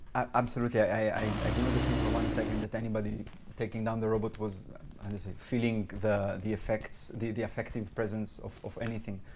absolutely. i do not assume for one second that anybody taking down the robot was feeling the the effects the the affective presence of anything.